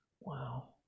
Wow